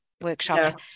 workshop